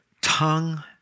tongue